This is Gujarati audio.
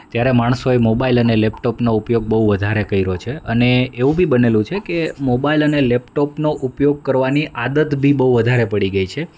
ત્યારે માણસોએ મોબાઈલ અને લેપટોપનો ઉપયોગ બહુ વધારે કર્યો છે અને એવું બી બનેલું છે કે મોબાઈલ અને લેપટોપનો ઉપયોગ કરવાની આદત બી બહુ વધારે પડી ગઈ છે